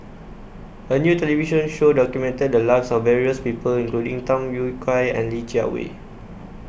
A New television Show documented The Lives of various People including Tham Yui Kai and Li Jiawei